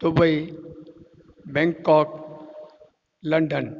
Dubai Bangkok London